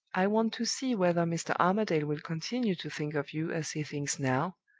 i want to see whether mr. armadale will continue to think of you as he thinks now,